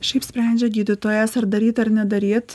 šiaip sprendžia gydytojas ar daryt ar nedaryt